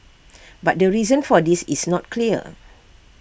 but the reason for this is not clear